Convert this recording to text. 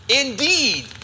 Indeed